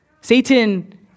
Satan